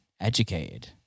educated